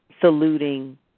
saluting